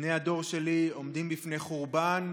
בני הדור שלי עומדים בפני חורבן,